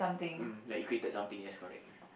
mm like you created something yes correct